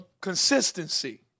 consistency